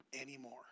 anymore